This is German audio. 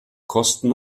kosten